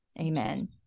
amen